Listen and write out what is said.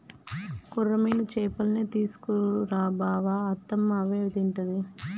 కొర్రమీను చేపల్నే తీసుకు రా బావ అత్తమ్మ అవే తింటది